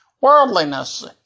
worldliness